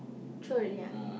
throw already ah